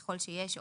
ככל שיש,